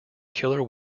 killer